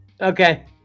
Okay